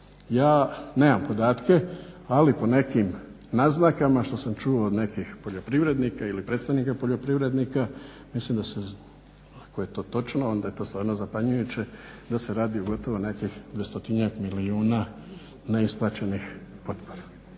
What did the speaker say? Ja nemam podatke, ali po nekim naznakama što sam čuo od nekih poljoprivrednika ili predstavnika poljoprivrednika mislim da se, ako je to točno onda je to stvarno zapanjujuće, da se radi o gotovo nekih 200 milijuna neisplaćenih potpora.